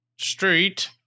street